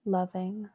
loving